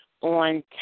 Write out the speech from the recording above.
on